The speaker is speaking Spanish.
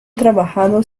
trabajado